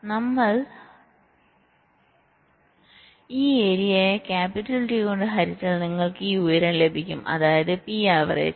നമ്മൾ ഈ ഏരിയയെ ക്യാപിറ്റൽ T കൊണ്ട് ഹരിച്ചാൽ നിങ്ങൾക്ക് ഈ ഉയരം ലഭിക്കും അതായത് പി ആവറേജ്